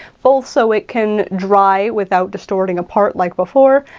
both so it can dry without distorting apart like before,